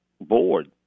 board